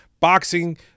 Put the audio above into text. Boxing